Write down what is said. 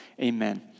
Amen